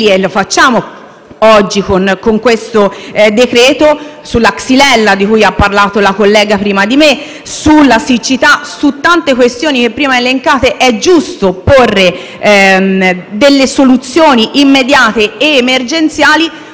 e lo facciamo oggi con questo provvedimento - alla xylella di cui ha parlato la collega prima di me, alla siccità e a tante altre questioni prima elencate. È giusto porre delle soluzioni immediate ed emergenziali